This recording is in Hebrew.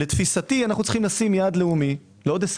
לתפיסתי אנו צריכים לשים יעד לאומי לעוד 20